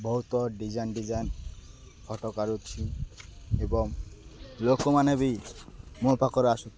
ବହୁତ design design photo କାଢ଼ୁଛି ଏବଂ ଲୋକମାନେ ବି ମୋ ପାଖରେ ଆସୁଥିଲେ